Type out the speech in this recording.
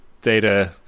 data